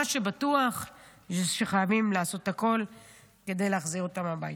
מה שבטוח זה שחייבים לעשות הכול כדי להחזיר אותם הביתה.